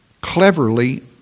cleverly